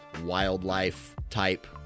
wildlife-type